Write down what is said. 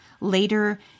later